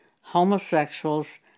homosexuals